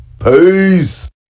Peace